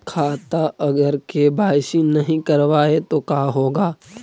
खाता अगर के.वाई.सी नही करबाए तो का होगा?